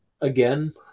Again